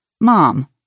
Mom